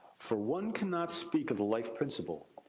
for one cannot speak of the life principle,